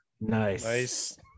nice